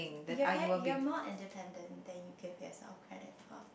you're very you're more independent than you give yourself credit for